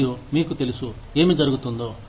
మరియు మీకు తెలుసు ఏమి జరుగుతుందో